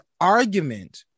argument